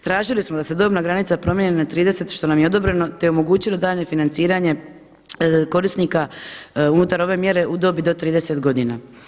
Tražili smo da se dobna granica promijeni na 30, što nam je odobreno, te omogućilo daljnje financiranje korisnika unutar ove mjere u dobi do 30 godina.